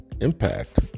impact